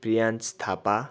Priyans Thapa